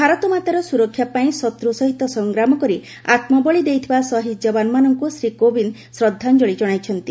ଭାରତମାତାର ସୁରକ୍ଷା ପାଇଁ ଶତ୍ର ସହିତ ସଂଗ୍ରାମ କରି ଆତ୍କବଳି ଦେଇଥିବା ଶହୀଦ୍ ଯବାନମାନଙ୍କୁ ଶ୍ରୀ କୋବିନ୍ଦ ଶ୍ରଦ୍ଧାଞ୍ଚଳି ଜଣାଇଛନ୍ତି